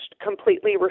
completely